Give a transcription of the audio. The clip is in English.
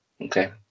Okay